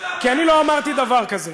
כי אני לא אמרתי דבר כזה.